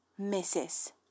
Mrs